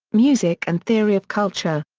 music and theory of culture.